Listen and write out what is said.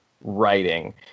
writing